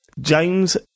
James